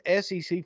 SEC